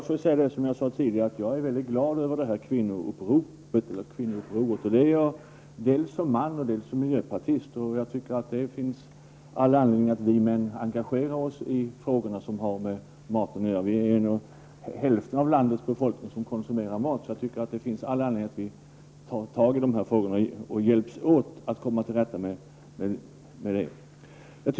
Herr talman! Som jag sade tidigare är jag väldigt glad över det här kvinnouppropet eller kvinnoupproret. Det är jag dels som man, dels som miljöpartist. Jag tycker att det finns all anledning att vi män engagerar oss i frågor som har med maten att göra. Vi är hälften av landets befolkning som konsumerar mat. Det är därför viktigt att vi hjälps åt att komma till rätta med dessa frågor.